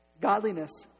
Godliness